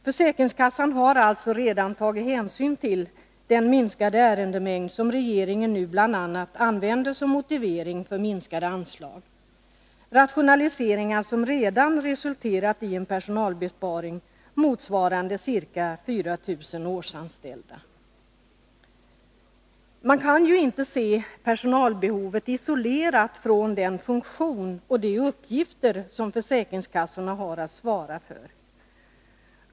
Försäkringskassan har alltså redan tagit hänsyn till den minskade ärendemängd som regeringen nu bl.a. använder som motivering för minskade anslag. Det har skett rationaliseringar som redan resulterat i en Man kan ju inte se personalbehovet isolerat från den funktion och de uppgifter som försäkringskassorna har att svara för.